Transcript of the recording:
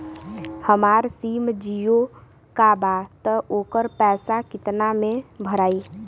हमार सिम जीओ का बा त ओकर पैसा कितना मे भराई?